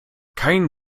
kein